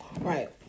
Right